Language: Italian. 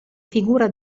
figura